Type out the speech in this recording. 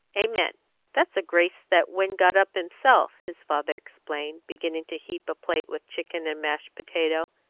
amen! that's a grace that win got up himself, his father explained, beginning to heap a plate with chicken and mashed potato,